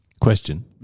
Question